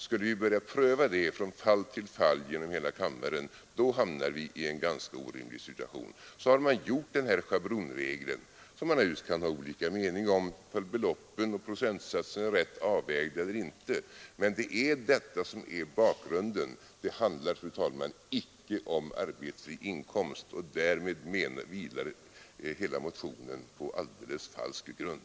Skulle vi börja pröva det från fall till fall genom hela kammaren hamnade vi i en ganska orimlig situation. Därför har man gjort den här schablonregeln. Det kan naturligtvis finnas olika mening om den, om procentsatsen är rätt avvägd osv., men det handlar icke om arbetsfri inkomst, och därmed vilar hela motionen på alldeles falsk grund.